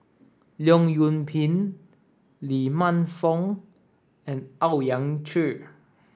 Leong Yoon Pin Lee Man Fong and Owyang Chi